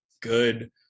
good